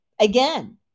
again